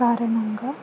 కారణంగా